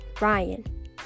Ryan